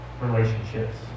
Relationships